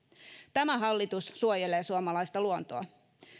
tämä hallitus suojelee suomalaista luontoa